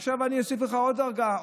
עכשיו אני אוסיף לך עוד דרגה,